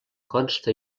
consta